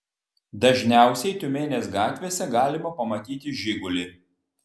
dažniausiai tiumenės gatvėse galima pamatyti žigulį